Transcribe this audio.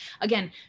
Again